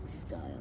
style